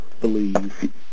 believe